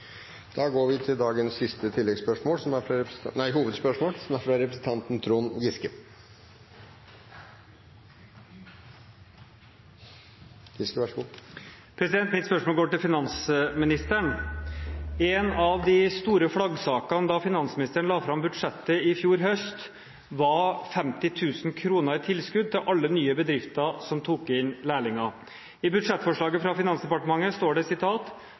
Da går vi til dagens siste hovedspørsmål. Mitt spørsmål går til finansministeren. En av de store flaggsakene da finansministeren la fram budsjettet i fjor høst, var 50 000 kr i tilskudd til alle nye bedrifter som tok inn lærlinger. I budsjettforslaget fra Finansdepartementet står det: